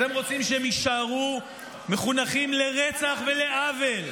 אתם רוצים שהם יישארו מחונכים לרצח ולעוול,